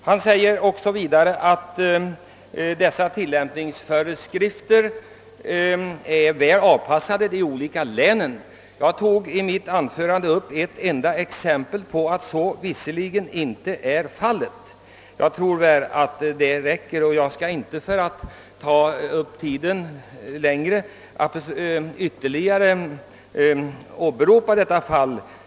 Herr Persson säger att tillämpningsföreskrifterna är väl avpassade för de olika länen. Jag tog i mitt anförande upp ett exempel som visar att så förvisso inte är fallet. Jag tror att detta exempel räcker och jag skall inte ta upp tiden ytterligare med att kommentera detta.